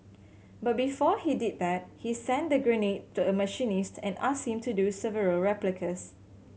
but before he did that he sent the grenade to a machinist and asked him to do several replicas